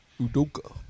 Udoka